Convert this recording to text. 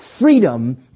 freedom